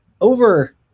over